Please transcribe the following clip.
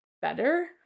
better